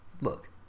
Look